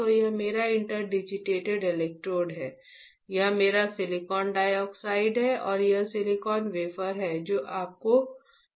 तो यह मेरा इंटरडिजिटेटेड इलेक्ट्रोड है यह मेरा सिलिकॉन डाइऑक्साइड है और यह सिलिकॉन वेफर है जो आपको मिला है